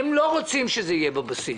הם לא רוצים שזה יהיה בבסיס.